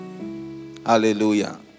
Hallelujah